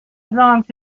belonged